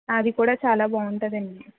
అది కూడా చాలా బాగుంటుంది అండి